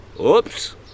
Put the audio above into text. Oops